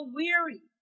weary